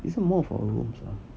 this [one] more for our rooms lah